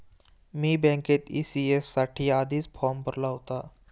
मी बँकेत ई.सी.एस साठी आधीच फॉर्म भरला होता